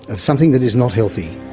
of something that is not healthy.